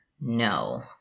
No